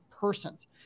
persons